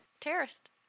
Terrorist